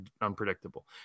unpredictable